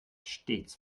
stets